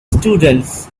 students